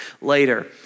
later